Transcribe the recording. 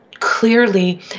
clearly